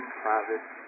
private